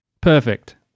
Perfect